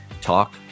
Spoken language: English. Talk